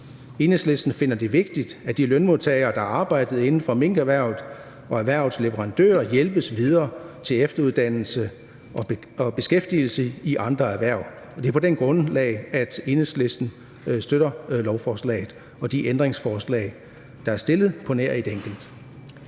Enhedslisten finder det vigtigt, at de lønmodtagere, der arbejdede inden for minkerhvervet, og erhvervets leverandører hjælpes videre til efteruddannelse og beskæftigelse i andre erhverv. Og det er på det grundlag, at Enhedslisten støtter lovforslaget og de ændringsforslag, der er stillet, på nær et enkelt.